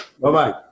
Bye-bye